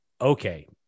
okay